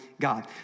God